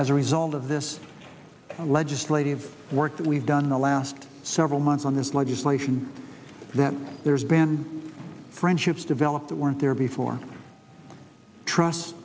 as a result of this legislative work that we've done in the last several months on this legislation that there's been friendships developed that weren't there before trust